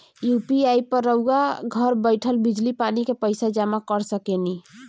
UPI पर रउआ घर बईठल बिजली, पानी के पइसा जामा कर सकेनी